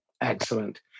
Excellent